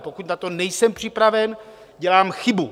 Pokud na to nejsem připraven, dělám chybu.